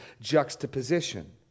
juxtaposition